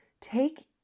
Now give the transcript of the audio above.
take